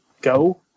go